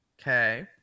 Okay